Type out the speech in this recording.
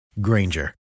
Granger